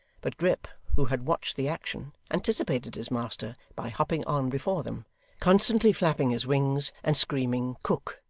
but grip, who had watched the action, anticipated his master, by hopping on before them constantly flapping his wings, and screaming cook!